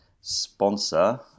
sponsor